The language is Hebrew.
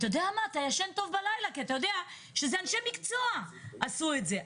אני ישנה טוב בלילה כי אני יודעת שאנשי מקצוע עשו את זה.